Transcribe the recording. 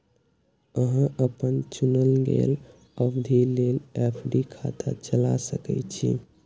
अहां अपन चुनल गेल अवधि लेल एफ.डी खाता चला सकै छी